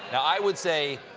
i would say,